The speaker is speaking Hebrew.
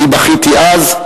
אני בכיתי אז,